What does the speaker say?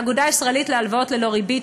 האגודה הישראלית להלוואות ללא ריבית,